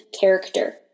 character